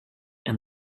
and